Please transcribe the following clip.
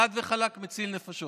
חד וחלק, מציל נפשות.